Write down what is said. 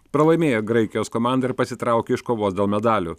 pralaimėjo graikijos komandai ir pasitraukė iš kovos dėl medalių